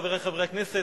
חברות וחברי הכנסת,